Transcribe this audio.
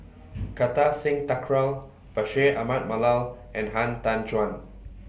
Kartar Singh Thakral Bashir Ahmad Mallal and Han Tan Juan